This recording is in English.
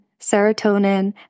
serotonin